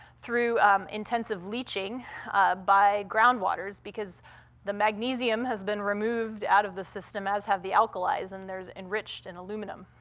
through intensive leeching by groundwaters because the magnesium has been removed out of the system, as have the alkalies, and they're enriched in aluminum.